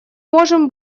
можем